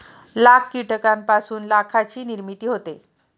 लाख कीटकांपासून लाखाची निर्मिती होते